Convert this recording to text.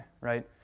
right